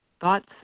thoughts